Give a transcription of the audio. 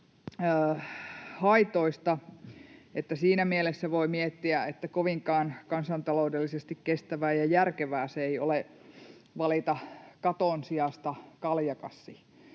haitoista, niin että siinä mielessä voi miettiä, että kansantaloudellisesti kovinkaan kestävää ja järkevää ei ole valita katon sijasta kaljakassi.